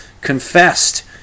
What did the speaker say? confessed